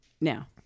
now